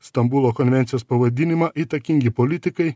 stambulo konvencijos pavadinimą įtakingi politikai